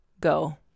Go